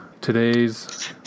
today's